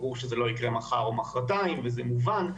ברור שזה לא יקרה מחר או מחרתיים, וזה מובן.